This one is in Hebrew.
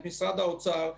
את משרד האוצר,